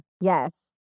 Yes